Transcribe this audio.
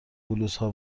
بلوزها